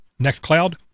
NextCloud